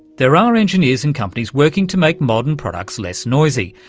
there are engineers and companies working to make modern products less noisy,